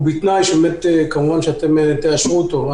ובתנאי כמובן שאתם תאשרו אותו.